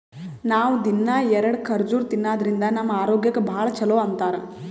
ನಾವ್ ದಿನ್ನಾ ಎರಡ ಖರ್ಜುರ್ ತಿನ್ನಾದ್ರಿನ್ದ ನಮ್ ಆರೋಗ್ಯಕ್ ಭಾಳ್ ಛಲೋ ಅಂತಾರ್